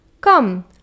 Come